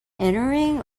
entering